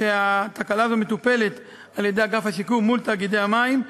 התקלה הזאת מטופלת על-ידי אגף השיקום מול תאגידי המים,